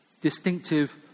distinctive